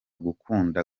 gukunda